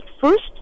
first